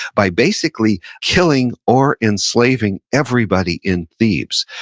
by basically killing or enslaving everybody in thebes,